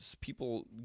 people